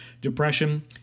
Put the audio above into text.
depression